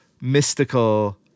mystical